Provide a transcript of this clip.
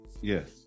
yes